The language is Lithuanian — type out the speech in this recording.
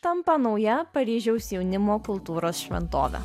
tampa nauja paryžiaus jaunimo kultūros šventove